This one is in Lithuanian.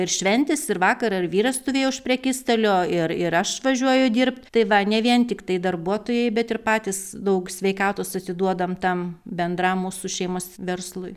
ir šventės ir vakar ir vyras stovėjo už prekystalio ir ir aš važiuoju dirbt tai va ne vien tiktai darbuotojai bet ir patys daug sveikatos atiduodam tam bendram mūsų šeimos verslui